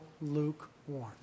lukewarm